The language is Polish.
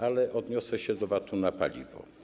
Ale odniosę się do VAT-u na paliwo.